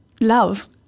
love